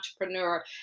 entrepreneur